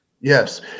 Yes